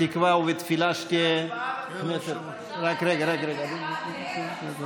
רק תיצמד לנתונים וזה הכול.